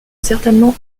certainement